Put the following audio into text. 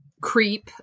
Creep